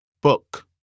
Book